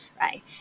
Right